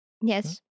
Yes